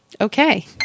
Okay